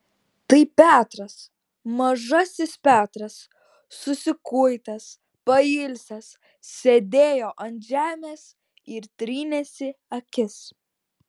tai petras mažasis petras susikuitęs pailsęs sėdėjo ant žemės ir trynėsi akis